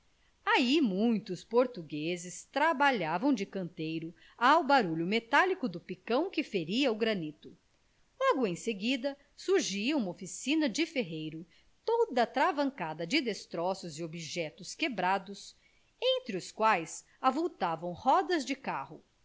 ai muitos portugueses trabalhavam de canteiro ao barulho metálico do picão que feria o granito logo em seguida surgia uma oficina de ferreiro toda atravancada de destroços e objetos quebrados entre os quais avultavam rodas de carro